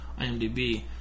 IMDb